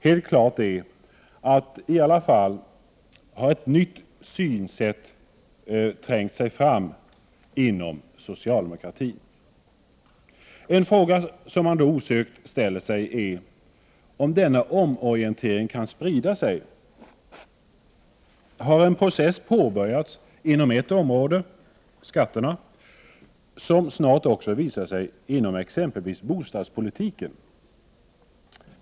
Helt klart är i alla fall att ett nytt synsätt har trängt sig fram inom socialdemokratin. En fråga som man då osökt ställer sig är om denna omorientering kan sprida sig. Har en process påbörjats inom ett område — skatteområdet — som snart också visar sig inom exempelvis bostadspolitiken?